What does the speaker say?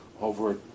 over